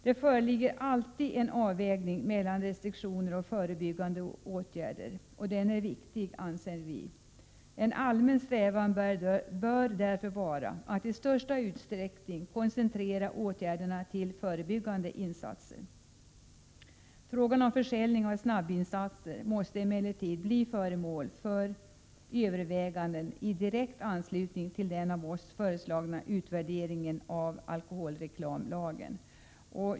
Det föreligger alltid en avvägning mellan restriktioner och förebyggande åtgärder, och den är viktig. En allmän strävan bör därför vara att i största utsträckning koncentrera åtgärderna till förebyggande insatser. Frågan om försäljning av snabbvinsatser måste emellertid bli föremål för överväganden i direkt anslutning till den av folkpartiet föreslagna utvärderingen av alkoholreklamlagen.